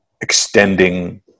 extending